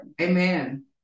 Amen